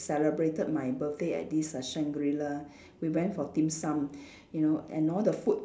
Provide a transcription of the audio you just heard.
celebrated my birthday at this ah Shangri-la we went for dim-sum you know and all the food